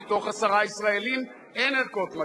בהחלט בתוכנית שנראית לי ארוכת טווח,